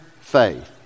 faith